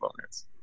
owners